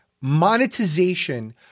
monetization